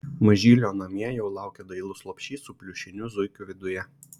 mažylio namie jau laukia dailus lopšys su pliušiniu zuikiu viduje